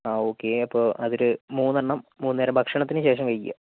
ആ ഓക്കെ അപ്പോൾ അതിൽ മൂന്നെണ്ണം മൂന്ന് നേരം ഭക്ഷണത്തിന് ശേഷം കഴിക്കുക